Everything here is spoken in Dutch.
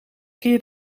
keer